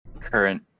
current